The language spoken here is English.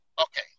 Okay